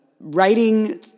writing